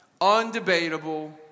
undebatable